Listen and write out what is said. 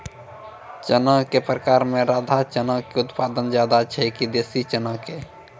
चना के प्रकार मे राधा चना के उत्पादन ज्यादा छै कि देसी चना के?